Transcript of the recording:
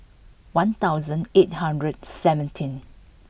one thousand eight hundred seventeen